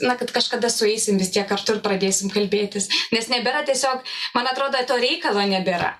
na kad kažkada sueisim vis tiek kartu ir pradėsim kalbėtis nes nebėra tiesiog man atrodo to reikalo nebėra